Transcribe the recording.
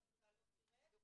אבל